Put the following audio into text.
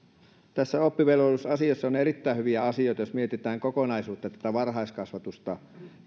tässä oppivelvollisuusasiassa on erittäin hyviä asioita jos mietitään kokonaisuutta tätä varhaiskasvatusta